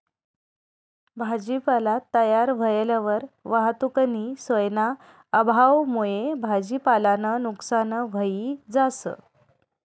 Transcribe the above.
भाजीपाला तयार व्हयेलवर वाहतुकनी सोयना अभावमुये भाजीपालानं नुकसान व्हयी जास